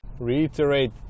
reiterate